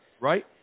Right